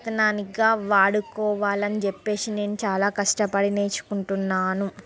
కథనానికి వాడుకోవాలని చెప్పేసి నేను చాలా కష్టపడి నేర్చుకుంటున్నాను